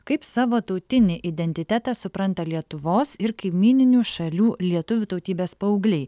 kaip savo tautinį identitetą supranta lietuvos ir kaimyninių šalių lietuvių tautybės paaugliai